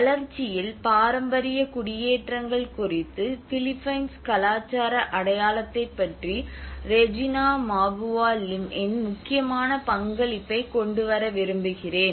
வளர்ச்சியில் பாரம்பரிய குடியேற்றங்கள் குறித்து பிலிப்பைன்ஸ் கலாச்சார அடையாளத்தைப் பற்றி ரெஜினா மாபுவா லிம் இன் முக்கியமான பங்களிப்பைக் கொண்டுவர விரும்புகிறேன்